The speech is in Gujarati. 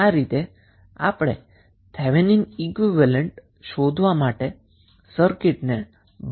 આ રીતે આપણે થેવેનિન ઈક્વીવેલેન્ટ શોધવા માટે સર્કિટને બહારથી એક્સાઈટ કરી શકીએ છીએ